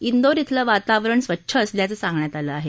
इंदौर इथलं वातावरण स्वच्छ असल्याचं सांगण्यात आलं आहे